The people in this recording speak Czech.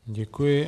Děkuji.